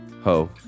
ho